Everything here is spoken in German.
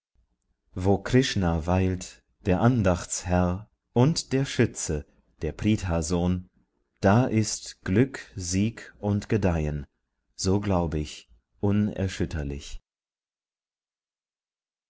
wo krishna weilt der andachtsherr und der schütze der prith sohn da ist glück sieg und gedeihen so glaub ich unerschütterlich